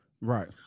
Right